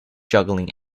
juggling